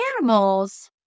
animals